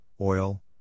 oil